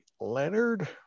Leonard